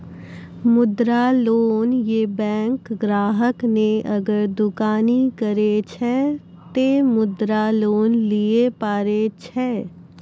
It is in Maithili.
मुद्रा लोन ये बैंक ग्राहक ने अगर दुकानी करे छै ते मुद्रा लोन लिए पारे छेयै?